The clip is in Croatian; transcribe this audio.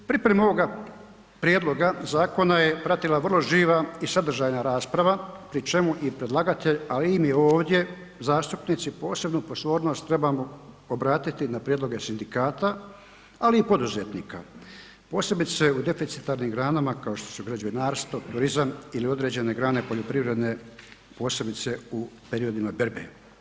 Priprema ovoga prijedloga zakona je pratila vrlo živa i sadržajna rasprava pri čemu i predlagatelj, ali i mi ovdje zastupnici posebnu pozornost trebamo obratiti na prijedloge sindikata, ali i poduzetnika, posebice u deficitarnim granama kao što su građevinarstvo, turizam ili određene grane poljoprivredne, posebice u periodima berbe.